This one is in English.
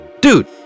Dude